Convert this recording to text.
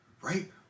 Right